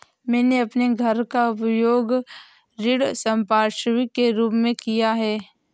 मैंने अपने घर का उपयोग ऋण संपार्श्विक के रूप में किया है